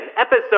episode